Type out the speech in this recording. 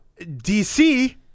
DC